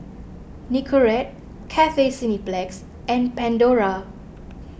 Nicorette Cathay Cineplex and Pandora